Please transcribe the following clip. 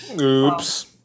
Oops